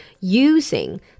using